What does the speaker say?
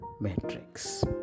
matrix